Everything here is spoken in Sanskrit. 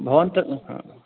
भवान् तद् ह